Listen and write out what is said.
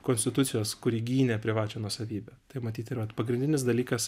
konstitucijos kuri gynė privačią nuosavybę tai matyt yra pagrindinis dalykas